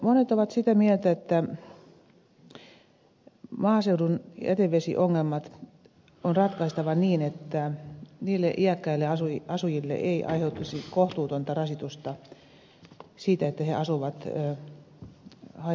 monet ovat sitä mieltä että maaseudun jätevesiongelmat on ratkaistava niin että iäkkäille asujille ei aiheutuisi kohtuutonta rasitusta siitä että he asuvat haja asutusalueella